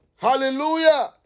Hallelujah